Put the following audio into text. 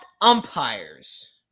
umpires